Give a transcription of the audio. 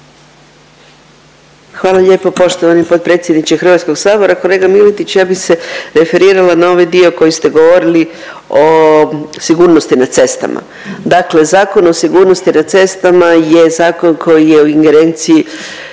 Hvala lijepo poštovani potpredsjedniče HS-a. Kolega Miletić ja bi se referirala na ovaj dio koji ste govorili o sigurnosti na cestama. Dakle, Zakon o sigurnosti na cestama je zakon koji je u ingerenciji